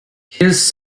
his